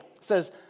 says